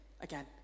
again